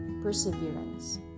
perseverance